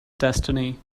destiny